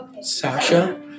Sasha